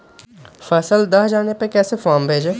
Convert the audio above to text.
फसल दह जाने पर कैसे फॉर्म भरे?